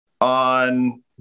on